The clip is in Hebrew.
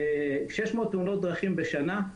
600 תאונות דרכים בשנה,